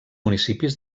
municipis